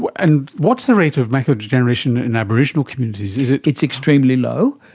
and what's the rate of macular degeneration in aboriginal communities? it's extremely low,